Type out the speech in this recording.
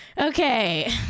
Okay